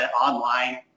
online